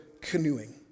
canoeing